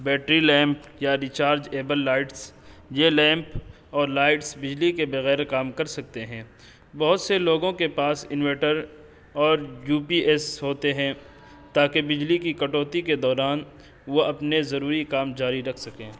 battery lamp یا rechargeable lights یہ lamp اور لائٹس بجلی کے بغیر کام کر سکتے ہیں بہت سے لوگوں کے پاس انورٹر اور یو پی ایس ہوتے ہیں تا کہ بجلی کی کٹوتی کے دوران وہ اپنے ضروری کام جاری رکھ سکیں